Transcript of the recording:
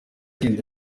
agenda